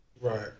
Right